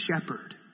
shepherd